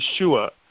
Yeshua